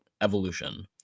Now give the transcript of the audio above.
evolution